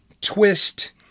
twist